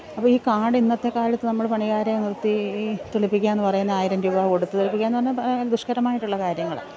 അപ്പം ഈ കാട് ഇന്നത്തെക്കാലത്ത് നമ്മൾ പണിക്കാരെ നിര്ത്തി ഈ തെളിപ്പിക്കുകയെന്ന് പറയുന്നത് ആയിരം രൂപ കൊടുത്ത് തെളിപ്പിക്കുകയെന്ന് പറഞ്ഞാൽ ദുഷ്കരമായിട്ടുള്ള കാര്യങ്ങളാണ്